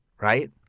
right